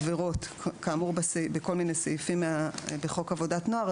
כאמור בכל מיני סעיפים בחוק עבודת נוער.